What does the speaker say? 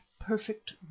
perfect